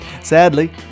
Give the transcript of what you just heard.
sadly